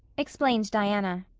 explained diana.